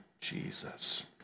Jesus